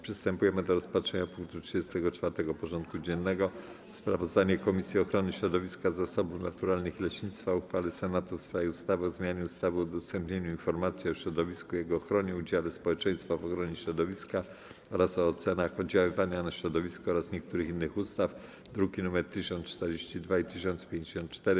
Przystępujemy do rozpatrzenia punktu 34. porządku dziennego: Sprawozdanie Komisji Ochrony Środowiska, Zasobów Naturalnych i Leśnictwa o uchwale Senatu w sprawie ustawy o zmianie ustawy o udostępnianiu informacji o środowisku i jego ochronie, udziale społeczeństwa w ochronie środowiska oraz o ocenach oddziaływania na środowisko oraz niektórych innych ustaw (druki nr 1042 i 1054)